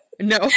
no